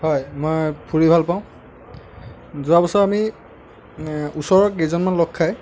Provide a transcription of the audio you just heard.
হয় মই ফুৰি ভাল পাওঁ যোৱা বছৰ আমি ওচৰৰ কেইজনমান লগ খাই